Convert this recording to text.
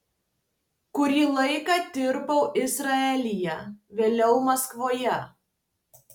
kurį laiką dirbau izraelyje vėliau maskvoje